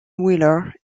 wheeler